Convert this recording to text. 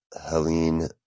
Helene